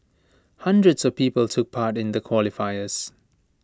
hundreds of people took part in the qualifiers